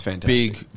big